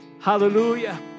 Hallelujah